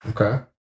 Okay